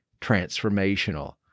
transformational